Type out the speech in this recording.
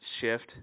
shift